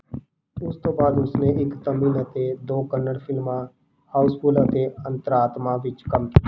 ਉਸ ਤੋਂ ਬਾਅਦ ਉਸ ਨੇ ਇੱਕ ਤਮਿਲ ਅਤੇ ਦੋ ਕੰਨੜ ਫਿਲਮਾਂ ਹਾਊਸਫੁੱਲ ਅਤੇ ਅੰਤਰਆਤਮਾ ਵਿੱਚ ਕੰਮ